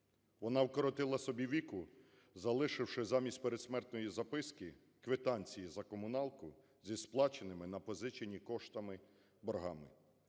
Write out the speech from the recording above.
Вона вкоротила собі віку, залишивши замість передсмертної записки квитанції за комуналку зі сплаченими на позичені кошти боргами.